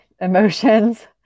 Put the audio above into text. emotions